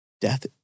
Death